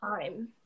time